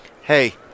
hey